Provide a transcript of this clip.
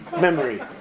Memory